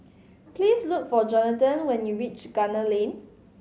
please look for Jonathan when you reach Gunner Lane